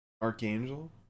Archangel